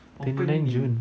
twenty nine june